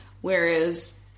Whereas